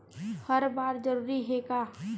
हर बार जरूरी हे का?